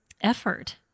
effort